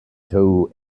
tool